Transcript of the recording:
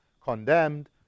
condemned